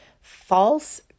False